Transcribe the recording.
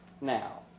Now